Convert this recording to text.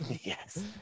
Yes